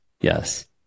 Yes